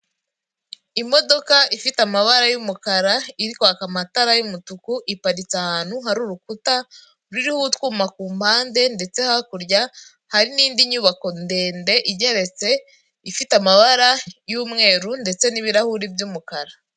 Imodoka ifite amabara y'umukara iri kwaka amatara y'umutuku, iparitse ahantu hari urukuta ruriho utwuyuma ku mpande ndetse hakurya hari n'indi nyubako ndende igeretse, ifite amabara y'umweru ndetse n'ibirahuri by'umukara.